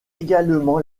également